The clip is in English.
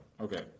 Okay